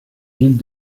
villes